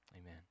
Amen